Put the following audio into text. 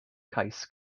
cais